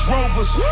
Rovers